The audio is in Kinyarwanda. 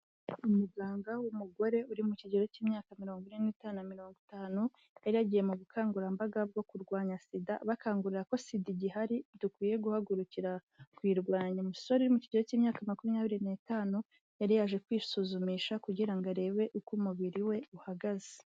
Umuganga w'umugore uri mu kigero k'imyaka mirongo ine n'itanu na mirongo itanu, yari yagiye mu bukangurambaga bwo kurwanya SIDA, bakangurira ko SIDA igihari dukwiye guhagurukira kuyirwanya, umusore uri mu kigero k'imyaka makumyabiri n'itanu yari yaje kwisuzumisha kugira ngo arebe uko umubiri we uhagaze.